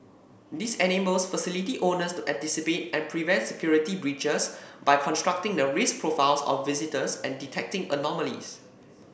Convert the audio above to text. this enables facility owners to anticipate and prevent security breaches by constructing the risk profiles of visitors and detecting anomalies